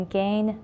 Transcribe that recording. gain